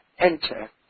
Enter